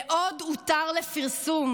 לעוד "הותר לפרסום"